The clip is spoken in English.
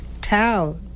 tell